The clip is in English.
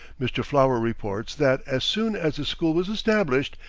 mr. flower reports that, as soon as the school was established,